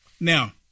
Now